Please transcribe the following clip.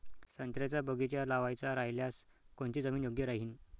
संत्र्याचा बगीचा लावायचा रायल्यास कोनची जमीन योग्य राहीन?